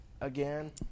again